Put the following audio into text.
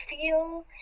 feel